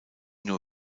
nur